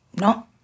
No